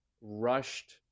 rushed